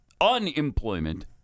unemployment